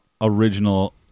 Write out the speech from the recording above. original